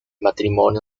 matrimonio